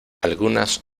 algunas